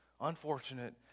unfortunate